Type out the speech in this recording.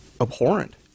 abhorrent